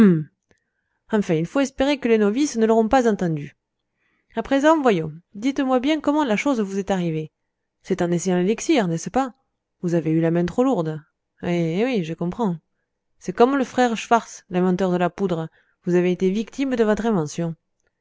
enfin il faut espérer que les novices ne l'auront pas entendue à présent voyons dites-moi bien comment la chose vous est arrivée c'est en essayant l'élixir n'est-ce pas vous aurez eu la main trop lourde oui oui je comprends c'est comme le frère schwartz l'inventeur de la poudre vous avez été victime de votre invention